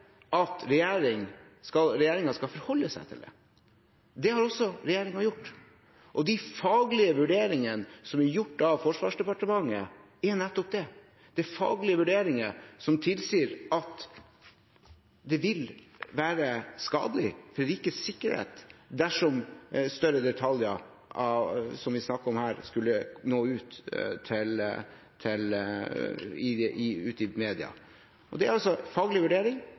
at regjeringen skal forholde seg til den. Det har også regjeringen gjort. De faglige vurderingene som er gjort av Forsvarsdepartementet, er nettopp faglige vurderinger som tilsier at det vil være skadelig for rikets sikkerhet dersom større detaljer, som vi snakket om her, skulle nå ut til media. Det er en faglig vurdering. Det handler om sikkerhet, og det er overhodet ikke noen politisk vurdering